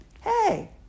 hey